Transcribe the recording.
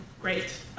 great